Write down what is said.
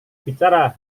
bicara